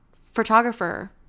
photographer